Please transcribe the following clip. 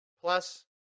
plus